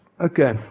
Okay